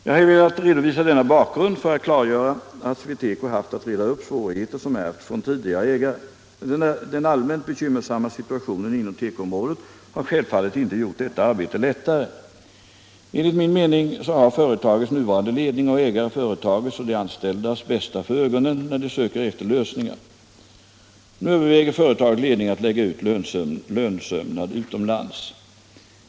Jag har velat redovisa denna bakgrund för att klargöra att SweTeco haft att reda upp svårigheter som ärvts från tidigare ägare. Den allmänt bekymmersamma situationen inom tekoområdet har självfallet inte gjort detta arbete lättare. Enligt min mening har företagets nuvarande ledning och ägare företagets och de anställdas bästa för ögonen när de söker efter lösningar. Nu överväger företagets ledning att lägga ut lönsömnad utomlands.